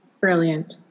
Brilliant